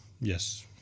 Yes